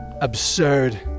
absurd